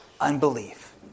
unbelief